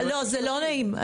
לא, זה לא נעים.